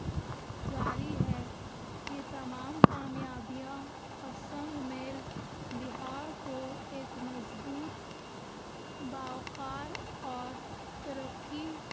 جاری ہے یہ تمام کامیابیاں اور سنگ میل بہار کو ایک مضبوط باوقار اور ترقی